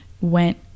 went